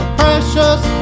precious